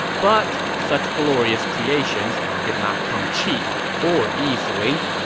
but, such glorious creations did not come cheap, or easily.